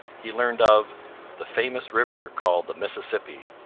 he learned of the famous river called the mississippi